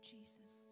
Jesus